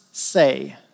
say